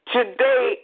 Today